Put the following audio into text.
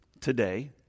today